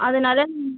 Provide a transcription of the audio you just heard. அதனால்